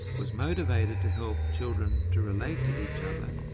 was motivated to help children to relate to each other,